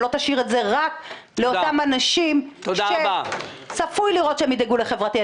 ולא תשאיר את זה רק לאותם אנשים שצפוי לראות שהם ידאגו לחברתי.